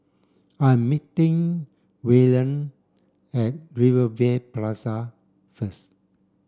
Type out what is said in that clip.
I'm meeting Waylon at Rivervale Plaza first